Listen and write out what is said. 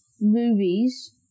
movies